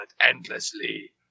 endlessly